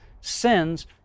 sins